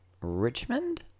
Richmond